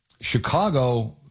Chicago